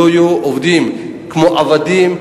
ולא יהיו עובדים כמו עבדים,